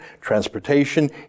transportation